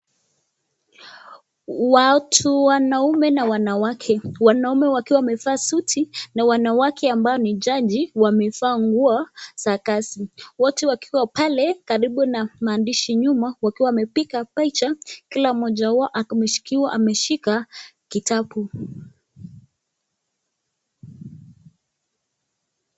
Watu wanaume na wanawake wanaume wakiwa wamevaa suti na wanawake ambao ni jaji wamevaa nguo za kazi . Wote wakiwa pale karibu na maandishi nyuma wakiwa wamepika picha kila mmoja wao akiwa ameshika kitabu .